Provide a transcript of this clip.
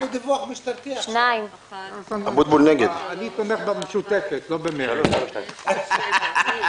של קבוצת הרשימה המשותפת וקבוצת מרצ לאחרי סעיף 3 נדחתה.